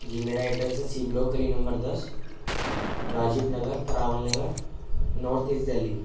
جی میرا ایڈریس ہے C block گلی نمبر دس راجیو نگر کراول نگر نارتھ ایسٹ دہلی